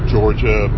Georgia